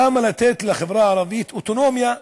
למה לתת לחברה הערבית אוטונומיה?